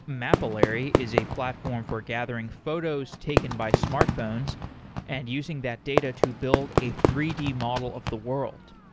mapillary is a platform for gathering photos taken by smartphones and using that data to build a three d model of the world.